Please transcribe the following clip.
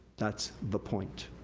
that's the point.